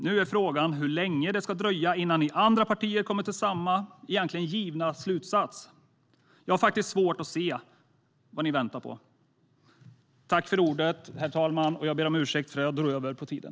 Nu är frågan hur länge det ska dröja innan ni andra partier kommer till samma egentligen givna slutsats. Jag har faktiskt svårt att se vad ni väntar på. Herr talman! Jag ber om ursäkt för att jag drog över på tiden.